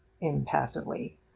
impassively